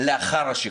לאחר השחרור.